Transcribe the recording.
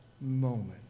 moment